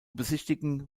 besichtigen